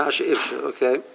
Okay